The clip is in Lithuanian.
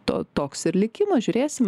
to toks ir likimo žiūrėsime